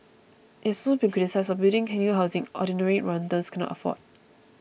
it has also been criticised for building new housing ordinary Rwandans cannot afford